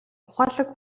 ухаалаг